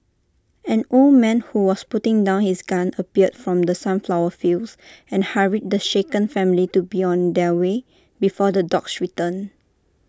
an old man who was putting down his gun appeared from the sunflower fields and hurried the shaken family to be on their way before the dogs return